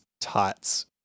Tots